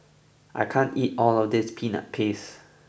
I can't eat all of this peanut paste